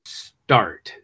start